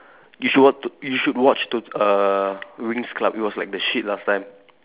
you should wat you should watch to uh Winx's Club it was like the shit last time